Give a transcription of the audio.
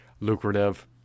lucrative